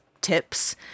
tips